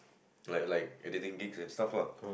like like editing gigs and stuff lah